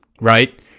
Right